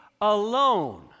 alone